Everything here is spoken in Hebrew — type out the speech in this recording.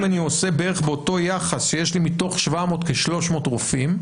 אם אני עושה באותו יחס שיש לי מתוך 700 כ-300 רופאים,